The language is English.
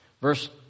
Verse